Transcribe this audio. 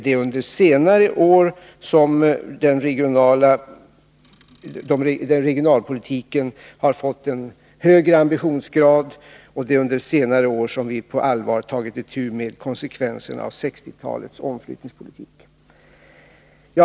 Det är under senare år som regionalpolitiken har fått en högre ambitionsgrad, och det är under senare år som vi på allvar har tagit itu med konsekvenserna av 1960-talets omflyttningspolitik.